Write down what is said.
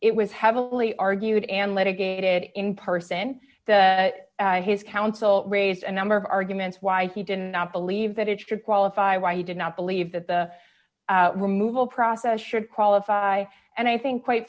it was heavily argued and let a gaited in person the his counsel raise a number of arguments why he did not believe that it should qualify why he did not believe that the removal process should qualify and i think quite